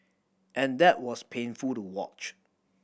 and that was painful to watch